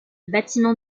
bâtiment